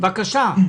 ממשרד המשפטים?